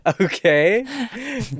okay